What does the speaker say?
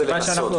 מה זה לנסות?